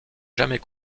jamais